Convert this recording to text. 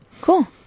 Cool